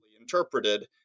interpreted